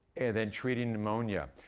then, treating pneumonia.